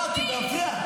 כי זה מפריע.